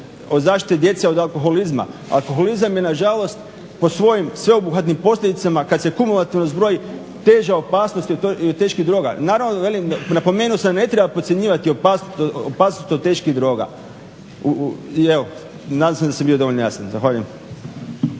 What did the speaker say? o zaštiti djece od alkoholizma. Alkoholizam je nažalost po svojim sveobuhvatni posljedicama kad se kumulativno zbroji teža opasnost i od teških droga. Naravno, da velim, napomenuo sam da ne treba podcjenjivati opasnosti od teških droga, i evo nadam se da sam bio dovoljno jasan. Zahvaljujem.